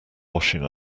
washing